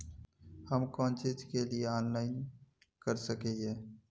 हम कोन चीज के लिए ऑनलाइन कर सके हिये?